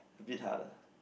a bit hard lah